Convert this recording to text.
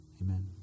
Amen